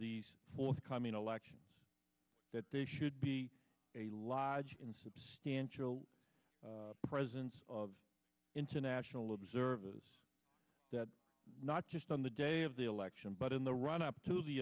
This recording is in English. the forthcoming elections that they should be a lodge in substantial presence of international observers that not just on the day of the election but in the run up to the